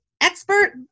expert